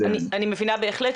אני מבינה בהחלט,